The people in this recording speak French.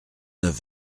neuf